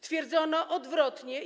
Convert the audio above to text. Twierdzono odwrotnie.